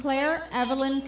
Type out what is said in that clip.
claire evelyn